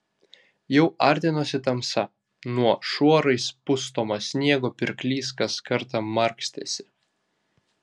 jau artinosi tamsa nuo šuorais pustomo sniego pirklys kas kartą markstėsi